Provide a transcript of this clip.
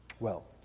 well.